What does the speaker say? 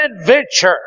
adventure